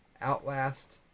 Outlast